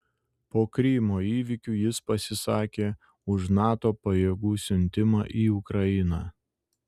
po krymo įvykių jis pasisakė už nato pajėgų siuntimą į ukrainą